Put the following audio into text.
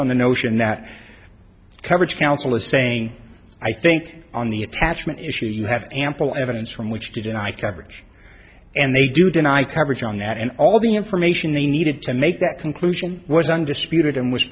on the notion that coverage counsel is saying i think on the attachment issue you have ample evidence from which to deny coverage and they do deny coverage on that and all the information they needed to make that conclusion was undisputed and was